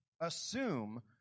assume